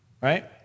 right